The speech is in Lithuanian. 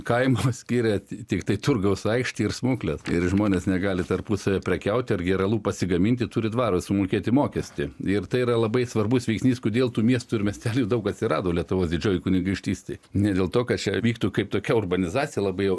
kaimo skiria tiktai turgaus aikštė ir smuklės ir žmonės negali tarpusavyje prekiauti ar gėralų pasigaminti turi dvaras sumokėti mokestį ir tai yra labai svarbus veiksnys kodėl tų miestų ir miestelių daug atsirado lietuvos didžiojoj kunigaikštystėj ne dėl to kad čia vyktų kaip tokia urbanizacija labai jau